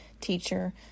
teacher